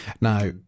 now